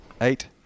Eight